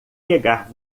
pegar